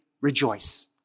rejoice